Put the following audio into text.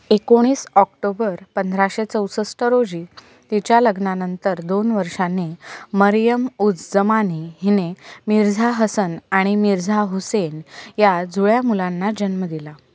एकोणीस ऑक्टोबर पंधराशे चौसष्ट रोजी तिच्या लग्नानंतर दोन वर्षांनी मरियम उझ जमानी हिने मिर्झा हसन आणि मिर्झा हुसेन या जुळ्या मुलांना जन्म दिला